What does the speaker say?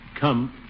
Come